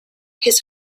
his